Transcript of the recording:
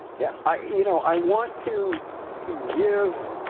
yeah, i you know, i want to give.